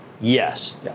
yes